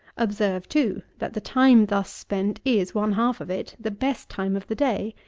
observe, too, that the time thus spent is, one half of it, the best time of the day.